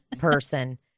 person